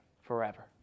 forever